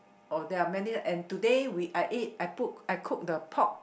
or there are many and today we I ate I put I cook the pork